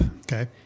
Okay